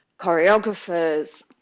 choreographers